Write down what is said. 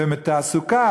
ותעסוקה,